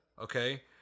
Okay